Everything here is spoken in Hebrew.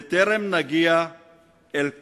בטרם נגיע אל הקץ?